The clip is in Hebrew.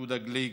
יהודה גליק,